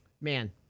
man